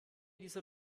dieser